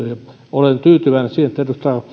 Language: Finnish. olen tyytyväinen siihen että